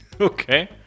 Okay